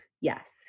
Yes